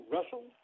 Russell